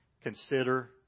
Consider